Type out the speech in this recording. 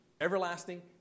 everlasting